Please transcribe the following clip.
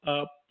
up